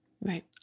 Right